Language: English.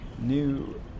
new